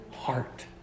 Heart